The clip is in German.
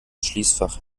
schließfach